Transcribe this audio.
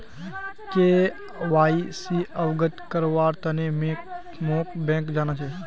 KYC अवगत करव्वार तने मोक बैंक जाना छ